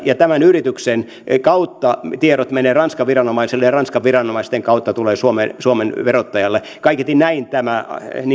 ja tämän yrityksen kautta tiedot menevät ranskan viranomaisille ja ranskan viranomaisten kautta tulevat suomen verottajalle kaiketi näin tämä